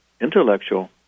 intellectual